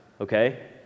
Okay